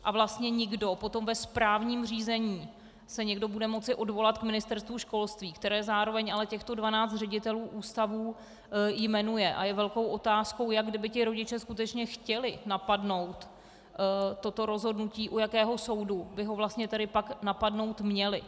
A vlastně potom ve správním řízení se někdo bude moci odvolat k Ministerstvo školství, které zároveň ale těchto 12 ředitelů ústavů jmenuje, a je velkou otázkou, kdyby ti rodiče skutečně chtěli napadnout toto rozhodnutí, u jakého soudu by ho pak napadnout měli.